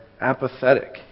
apathetic